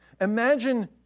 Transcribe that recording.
imagine